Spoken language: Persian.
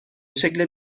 شکل